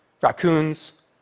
raccoons